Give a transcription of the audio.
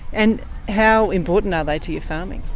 and how important are they to your farming?